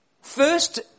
first